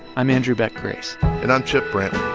i'm andrew beck grace and i'm chip brantley